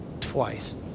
twice